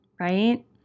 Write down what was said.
right